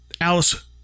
Alice